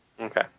Okay